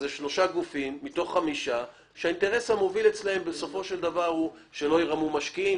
אלה שלושה גופים מתוך חמישה שהאינטרס המוביל אצלם הוא שלא ירמו משקיעים,